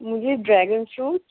مجھے dragon fruit